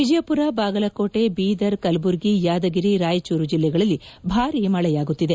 ವಿಜಯಪುರ ಬಾಗಲಕೋಟೆ ಬೀದರ್ ಕಲಬುರಗಿ ಯಾದಗಿರಿ ರಾಯಚೂರು ಜಿಲ್ಲೆಗಳಲ್ಲಿ ಭಾರಿ ಮಳೆಯಾಗುತ್ತಿದೆ